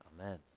Amen